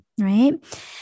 right